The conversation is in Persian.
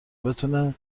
بتونه